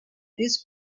this